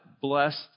blessed